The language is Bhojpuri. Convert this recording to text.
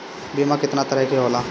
बीमा केतना तरह के होला?